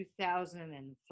2003